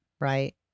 Right